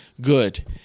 good